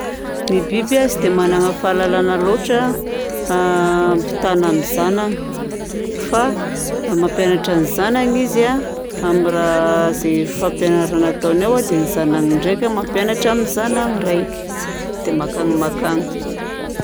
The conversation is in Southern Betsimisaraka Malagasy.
Ny biby a tsy dia manana fahalalana loatra ampitana amin'ny zanany. Fa mampianatra ny zanany izy a amin'ny raha izay fampianarana ataony ao a, dia ny zanany ndraika mampianatra ny zanany raika. Dia mankany mankany.